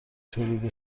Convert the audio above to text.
تولید